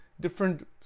Different